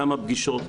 כמה פגישות,